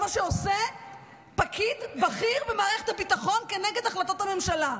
זה מה שעושה פקיד בכיר במערכת הביטחון כנגד החלטות הממשלה.